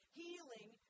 healing